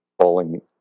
falling